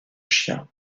chien